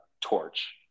Torch